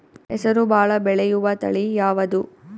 ಹೆಸರು ಭಾಳ ಬೆಳೆಯುವತಳಿ ಯಾವದು?